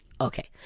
Okay